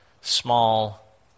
Small